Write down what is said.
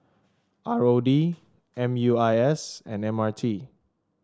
R O D M U I S and M R T